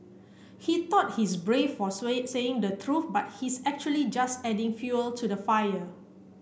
he thought he's brave for saying the truth but he's actually just adding fuel to the fire